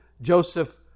Joseph